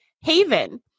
Haven